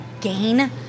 gain